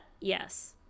Yes